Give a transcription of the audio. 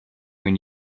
when